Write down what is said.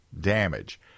damage